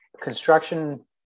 construction